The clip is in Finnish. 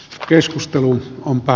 keskusteluun kompa